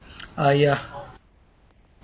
ah ya